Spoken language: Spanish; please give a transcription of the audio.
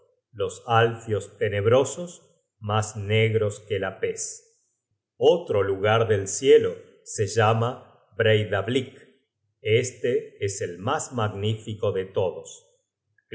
los alfios tenebrosos mas negros que la pez otro lugar del cielo se llama breidablick este es el mas magnífico de todos